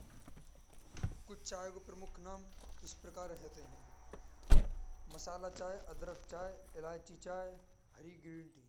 कुछ चाय के प्रमुख नाम इस प्रकार रहते हैं। मसाला चाय, अदरक चाय, इलायची चाय, हरी ग्रीन टी,